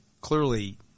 clearly